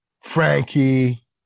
Frankie